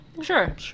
Sure